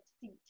seat